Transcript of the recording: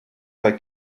bei